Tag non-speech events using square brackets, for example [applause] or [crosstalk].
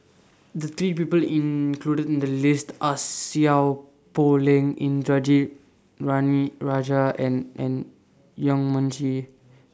The three People included in The list Are Seow Poh Leng Indranee [unintelligible] Rajah and N Yong Mun Chee